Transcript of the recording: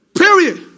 period